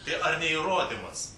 tai ar ne įrodymas